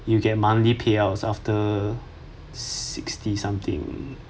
you get monthly payout after sixty something